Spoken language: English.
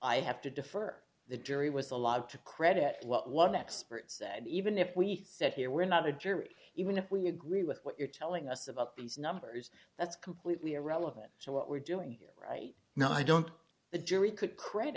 i have to defer the jury was a lot to credit what one expert said even if we said here we're not a jury even if we agree with what you're telling us about these numbers that's completely irrelevant to what we're doing right now i don't the jury could cre